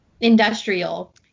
industrial